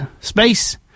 space